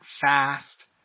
fast